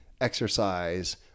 exercise